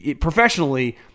Professionally